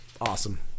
Awesome